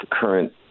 current